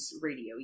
radio